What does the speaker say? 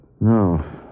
No